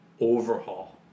overhaul